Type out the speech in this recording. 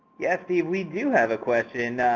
yes, steve, we do have a question.